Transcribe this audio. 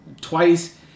twice